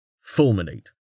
Fulminate